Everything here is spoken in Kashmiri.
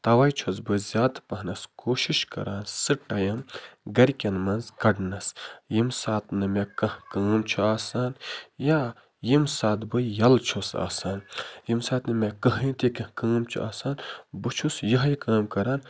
تَوَے چھُس بہٕ زیادٕ پَہنَس کوٗشِش کَران سُہ ٹایِم گرِکٮ۪ن منٛز کَڑنَس ییٚمۍ ساتہٕ نہٕ مےٚ کانٛہہ کٲم چھِ آسان یا ییٚمۍ ساتہٕ بہٕ یَلہٕ چھُس آسان ییٚمۍ ساتہٕ نہٕ مےٚ کٕہٕنۍ تہِ کیٚنٛہہ کٲم چھِ آسان بہٕ چھُس یِہوٚے کٲم کَران